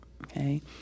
Okay